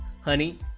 honey